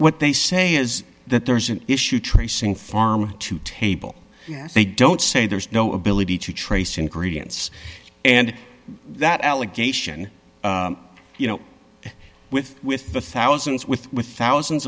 what they say is that there's an issue tracing farm to table they don't say there's no ability to trace ingredients and that allegation you know with with the thousands with thousands